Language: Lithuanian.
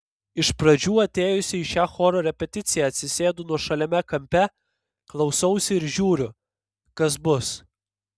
iš pradžių atėjusi į šią choro repeticiją atsisėdu nuošaliame kampe klausausi ir žiūriu kas bus